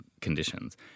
conditions